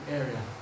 area